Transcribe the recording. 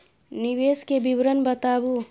निवेश के विवरण बताबू?